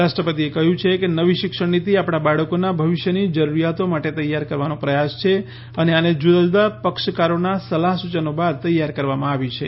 રાષ્ટ્રપતિએ કહ્યું છે કે નવી શિક્ષણ નીતિ આપણા બાળકોના ભવિષ્યની જરૂરિયાતો માટે તૈયાર કરવાનો પ્રયાસ છે અને આને જુદાજુદા પક્ષકારોના સલાહ સૂચનો બાદ તૈયાર કરવામાં આવી છે